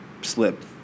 slip